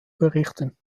berichten